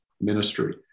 ministry